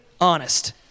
honest